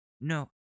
no